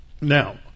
Now